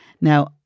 Now